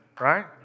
right